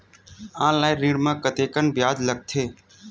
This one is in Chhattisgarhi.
ऑनलाइन ऋण म कतेकन ब्याज लगथे?